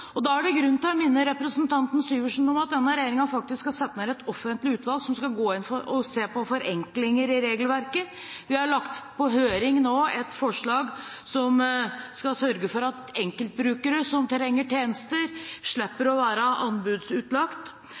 sosialfeltet. Da er det grunn til å minne representanten Syversen om at den regjeringen faktisk har satt ned et offentlig utvalg som skal gå inn og se på forenklinger i regelverket. Vi har nå lagt ut til høring et forslag som skal sørge for at enkeltbrukere som trenger tjenester, slipper å være anbudsutlagt,